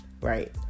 right